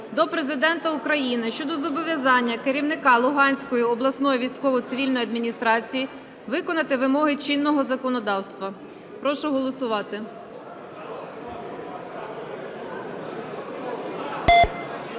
до Президента України щодо зобов'язання керівника Луганської обласної військово-цивільної адміністрації виконати вимоги чинного законодавства. Прошу голосувати.